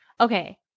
okay